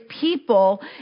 people